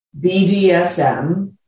BDSM